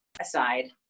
aside